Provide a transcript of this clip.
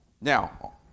Now